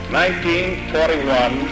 1941